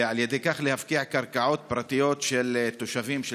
ועל ידי כך להפקיע קרקעות פרטיות של תושבים של